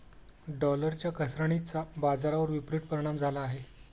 डॉलरच्या घसरणीचा बाजारावर विपरीत परिणाम झाला आहे